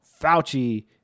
Fauci